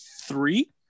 three